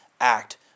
act